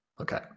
Okay